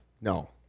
no